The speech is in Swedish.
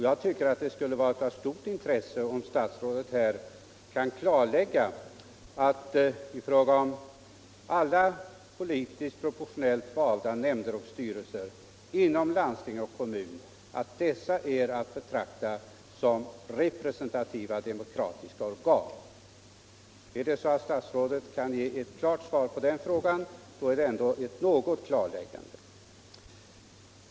Jag tycker att det skulle vara av stort intresse om statsrådet kunde klarlägga att alla politiskt proportionellt valda nämnder och styrelser inom landsting och kommuner är att betrakta som representativa demokratiska organ. Kan herr statsrådet ge ett upplysande svar på den frågan, har vi ändå fått en viss klarhet.